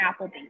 Applebee's